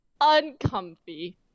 uncomfy